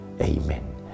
Amen